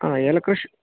ആ ഏലകൃഷി